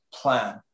plan